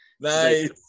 nice